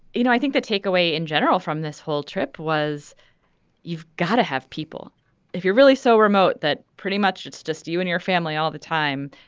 you know i think the takeaway in general from this whole trip was you've got to have people if you're really so remote that pretty much it's just you and your family all the time.